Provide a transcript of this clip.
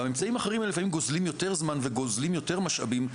והאמצעים האחרים האלה לפעמים גוזלים יותר זמן וגוזלים יותר משאבים,